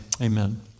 Amen